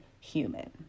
human